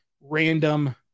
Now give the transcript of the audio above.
random